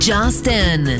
Justin